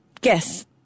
guess